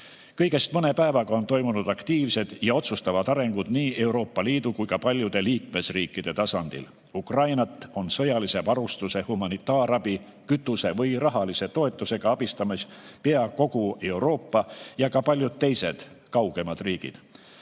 Kõigest mõne päevaga on toimunud aktiivsed ja otsustavad arengud nii Euroopa Liidu kui ka paljude liikmesriikide tasandil. Ukrainat on sõjalise varustuse, humanitaarabi, kütuse või rahalise toetusega abistamas pea kogu Euroopa ja ka paljud teised, kaugemad riigid.